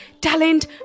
talent